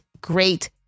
great